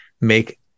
make